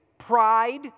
pride